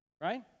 Right